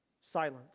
silence